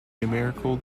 numerical